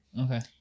Okay